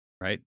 right